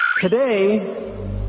Today